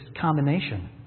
combination